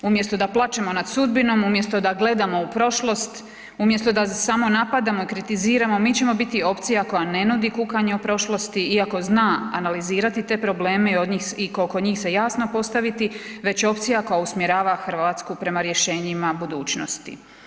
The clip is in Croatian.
Umjesto da plačemo nad sudbinom, umjesto da gledamo u prošlost, umjesto da samo napadamo i kritiziramo mi ćemo biti opcija koja ne nudi kukanje o prošlosti, iako zna analizirati te probleme i oko njih se jasno postaviti, već opcija koja usmjerava Hrvatsku prema rješenjima budućnosti.